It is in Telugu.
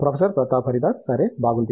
ప్రొఫెసర్ ప్రతాప్ హరిదాస్ సరే బాగుంది